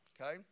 Okay